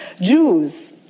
Jews